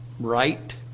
Right